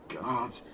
God